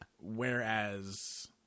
Whereas